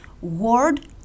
word